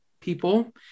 people